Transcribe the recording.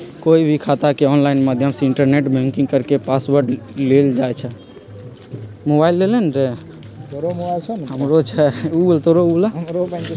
कोई भी खाता के ऑनलाइन माध्यम से इन्टरनेट बैंकिंग करके पासवर्ड लेल जाई छई